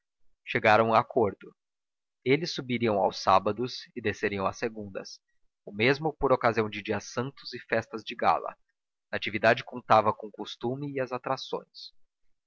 chegaram a acordo eles subiriam aos sábados e desceriam às segundas o mesmo por ocasião de dias santos e festas de gala natividade contava com o costume e as atrações